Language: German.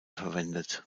verwendet